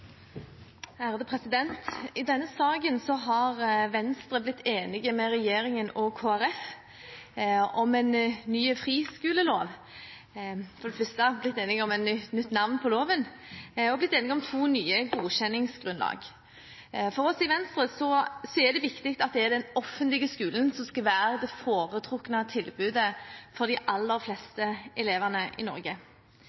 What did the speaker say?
flere høringsinstanser. I denne saken har Venstre blitt enig med regjeringen og Kristelig Folkeparti om en ny friskolelov – først blitt enige om et nytt navn på loven og så blitt enige om to nye godkjenningsgrunnlag. For oss i Venstre er det viktig at det er den offentlige skolen som skal være det foretrukne tilbudet for de aller fleste elevene i Norge.